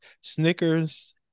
Snickers